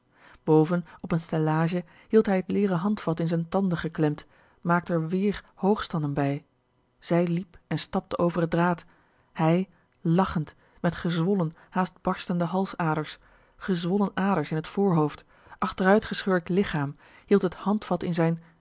boven op een stellage hield hij het leeren handvat in z'n tanden geklemd maakte er wéér hoog standen bij zij liep en stapte over het draad hij làchend met gezwollen haast barstende halsaders gezwollen aders in het voorhoofd achteruit geschurkt lichaam hield het handvat in zijn